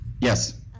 Yes